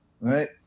Right